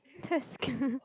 task